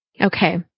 okay